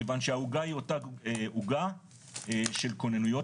כיוון שהעוגה היא אותה עוגה של כוננויות